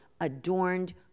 adorned